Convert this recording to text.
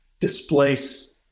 displace